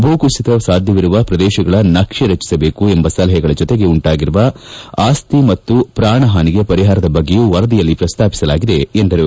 ಭೂಕುಸಿತ ಸಾಧ್ಯತೆಯಿರುವ ಪ್ರದೇಶಗಳ ನಕ್ಷೆ ರಚಿಸಬೇಕು ಎಂಬ ಸಲಹೆಗಳ ಭೂಕುಸಿತದಿಂದ ಉಂಟಾಗಿರುವ ಆಸ್ತಿ ಮತ್ತು ಪ್ರಾಣ ಹಾನಿಗೆ ಪರಿಹಾರದ ಬಗ್ಗೆಯೂ ವರದಿಯಲ್ಲಿ ಪ್ರಸಾಪಿಸಲಾಗಿದೆ ಎಂದರು